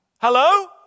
Hello